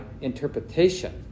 interpretation